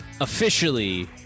officially